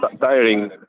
tiring